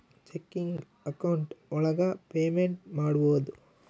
checking account ಒಳಗ payment ಮಾಡ್ಬೋದು